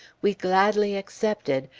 we gladly accepted,